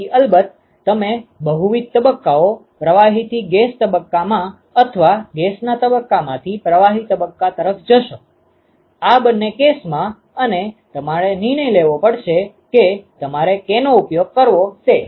તેથી અલબત્ત તમે બહુવિધ તબક્કાઓ પ્રવાહીથી ગેસ તબક્કામાં અથવા ગેસના તબક્કામાંથી પ્રવાહી તબક્કા તરફ જશો આ બંને કેસમાં અને તમારે નિર્ણય લેવો પડશે કે તમારે કેનો ઉપયોગ કરવો તે